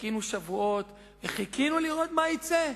חיכינו שבועות, וחיכינו לראות מה יצא.